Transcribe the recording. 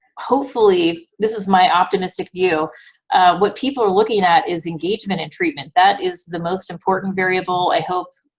hopefully, this is my optimistic view what people are looking at is engagement in treatment. that is the most important variable. i hope,